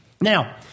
Now